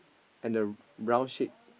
and a round shape